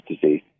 disease